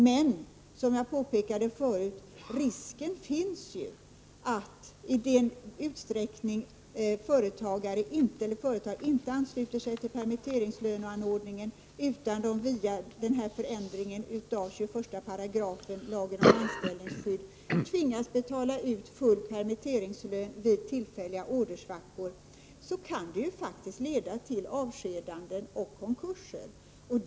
Men — som jag påpekade förut — risken finns ju att om en företagare inte ansluter sig till permitteringslöneanordningen utan via förändringen av 21§ lagen om anställningsskydd tvingas betala ut full permitteringslön vid tillfälliga ordersvackor, kan det faktiskt leda till avskedanden och konkurser.